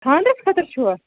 خانٛدرَس خٲطرٕ چھُوا